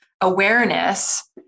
awareness